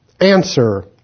Answer